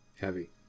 heavy